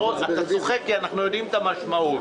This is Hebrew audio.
בסך של 70,399,000 שקלים לטובת התוכניות התקציביות הבאות: